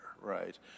right